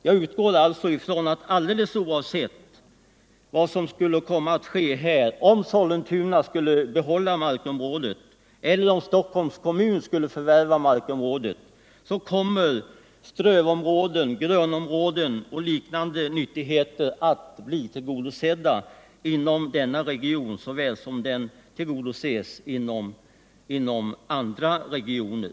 Jag utgår sålunda från att alldeles oavsett vad som sker, om Sollentuna behåller markområdet eller om Stockholms kommun förvärvar marken, så kommer behoven av strövområden, grönområden och liknande nyttigheter att bli tillgodosedda inom denna region på samma sätt som sker inom andra regioner.